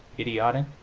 idiotic,